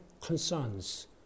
concerns